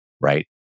right